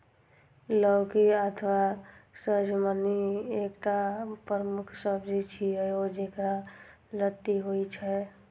लौकी अथवा सजमनि एकटा प्रमुख सब्जी छियै, जेकर लत्ती होइ छै